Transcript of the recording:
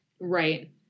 Right